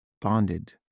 bonded